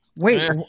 Wait